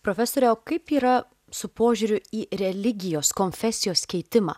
profesore o kaip yra su požiūriu į religijos konfesijos keitimą